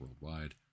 worldwide